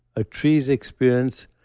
a tree's experience,